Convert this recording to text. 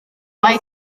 mai